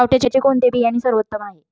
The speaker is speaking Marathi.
पावट्याचे कोणते बियाणे सर्वोत्तम आहे?